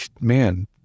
man